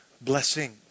blessing